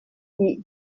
eat